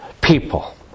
people